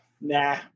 nah